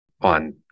on